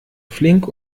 flink